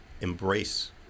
embrace